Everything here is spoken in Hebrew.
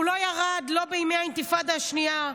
הוא לא ירד לא בימי האינתיפאדה השנייה,